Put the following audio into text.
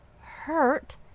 hurt